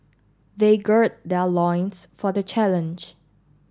they gird their loins for the challenge